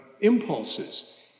impulses